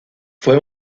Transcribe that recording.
fue